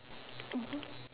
mmhmm